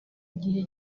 gihe